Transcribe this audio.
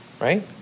right